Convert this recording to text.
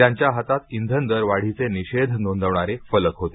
त्यांच्या हातात इंधन दरवाढीचे निषेध नोंदवणारे फलक होते